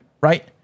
right